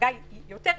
ההחרגה היא יותר רצינית.